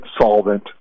solvent